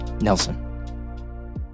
Nelson